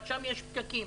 אבל שם יש פקקים.